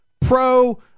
pro